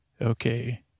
Okay